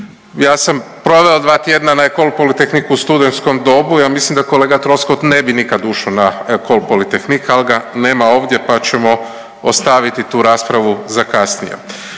ja sam proveo dva tjedna na Ecole polytehniqueu u studentskom dobu. Ja mislim da kolega Troskot ne bi nikad ušao na Ecol polytehnique, ali ga nema ovdje pa ćemo ostaviti tu raspravu za kasnije.